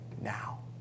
now